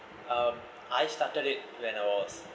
um I started it when I was